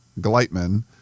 Gleitman